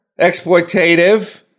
exploitative